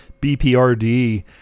BPRD